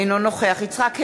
אינו נוכח יצחק הרצוג,